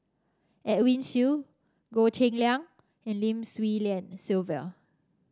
Edwin Siew Goh Cheng Liang and Lim Swee Lian Sylvia